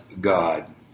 God